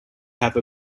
have